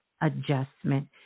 adjustment